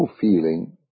feeling